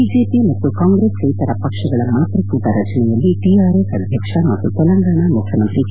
BJP ಮತ್ತು ಕಾಂಗ್ರೆಸ್ಸೇತರ ಪಕ್ಷಗಳ ಮೈತ್ರಿಕೂಟ ರಚನೆಯಲ್ಲಿ ಟಿಆರ್ಎಸ್ ಅಧ್ವಕ್ಷ ಮತ್ತು ತೆಲಂಗಾಣ ಮುಖ್ಣಮಂತ್ರಿ ಕೆ